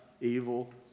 evil